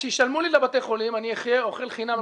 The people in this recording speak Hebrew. שישלמו לי לבתי חולים, אני אחיה, אוכל חינם.